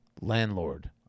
landlord